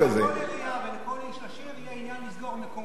לכל עירייה ולכל איש עשיר יהיה עניין לסגור מקומונים,